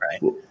right